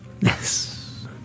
Yes